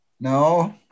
No